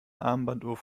armbanduhr